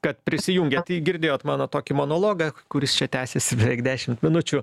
kad prisijungėt girdėjot mano tokį monologą kuris čia tęsėsi beveik dešimt minučių